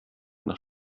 nach